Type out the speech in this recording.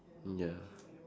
mm ya